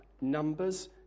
Numbers